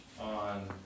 on